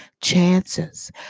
chances